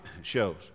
shows